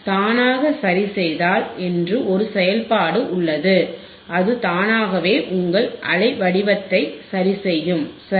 தானாக சரிசெய்தல் என்று ஒரு செயல்பாடு உள்ளது அது தானாகவே உங்கள் அலைவடிவத்தை சரிசெய்யும் சரி